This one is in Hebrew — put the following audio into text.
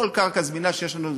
כל קרקע זמינה שיש לנו,